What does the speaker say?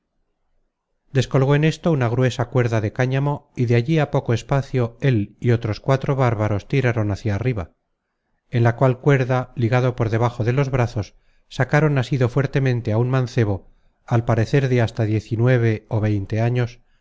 colgó en esto una gruesa cuerda de cáñamo y de allí á poco espacio él y otros cuatro bárbaros tiraron hacia arriba en la cual cuerda ligado por debajo de los brazos sacaron asido fuertemente á un mancebo al parecer de hasta diez y nueve ó veinte años